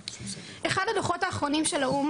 אחד הדוחות האחרונים של האו"ם,